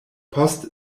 post